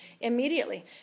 immediately